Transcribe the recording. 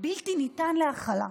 בלתי ניתן להכלה.